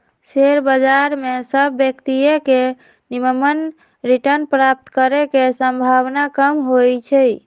share बजार में सभ व्यक्तिय के निम्मन रिटर्न प्राप्त करे के संभावना कम होइ छइ